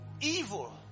evil